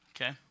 Okay